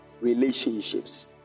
relationships